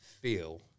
feel